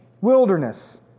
wilderness